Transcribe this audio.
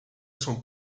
son